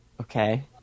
Okay